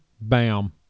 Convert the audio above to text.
bam